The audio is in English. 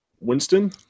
Winston